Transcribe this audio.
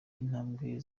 intambwe